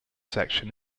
section